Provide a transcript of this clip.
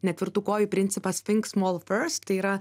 netvirtų kojų principas tai yra